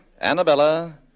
Annabella